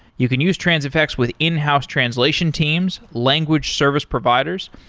you can use transifex with in-house translation teams, language service providers.